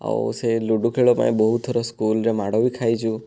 ଆଉ ସେ ଲୁଡ଼ୁ ଖେଳ ପାଇଁ ବହୁତ ଥର ସ୍କୁଲରେ ମାଡ଼ ବି ଖାଇଛୁ